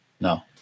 no